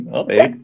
okay